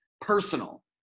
personal